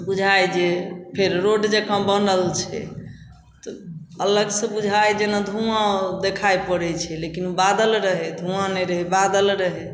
बुझाइ जे फेर रोड जकाँ बनल छै तऽ अलगसँ बुझाइ जेना धुआँ देखाइ पड़ै छै लेकिन ओ बादल रहै धुआँ नहि रहै बादल रहै